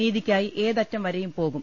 നീതിക്കായി ഏതറ്റം വരെയും പോകും